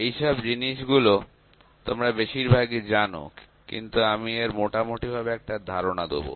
এইসব জিনিসগুলো তোমরা বেশিরভাগই জানো কিন্তু আমি এর মোটামুটি ভাবে একটা ধারণা দেব